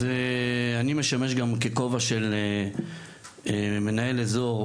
אז אני משמש באחד מכובעיי כמנהל אזור,